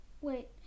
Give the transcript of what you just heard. Wait